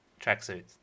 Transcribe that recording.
tracksuits